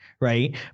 right